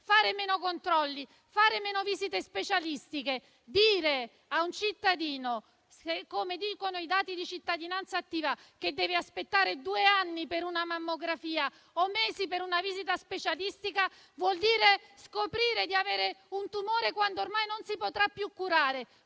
meno controlli e meno visite specialistiche; dire a un cittadino - come rivelano i dati di Cittadinanzattiva - che deve aspettare due anni per una mammografia o mesi per una visita specialistica vuol dire fargli scoprire di avere un tumore quando ormai non si potrà più curare.